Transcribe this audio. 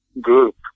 group